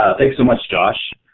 thanks so much, josh.